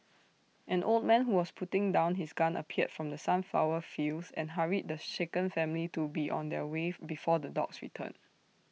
an old man who was putting down his gun appeared from the sunflower fields and hurried the shaken family to be on their way for before the dogs return